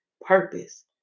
purpose